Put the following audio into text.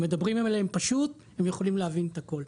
אם מדברים אליהם פשוט הם יכולים להבין את הכול.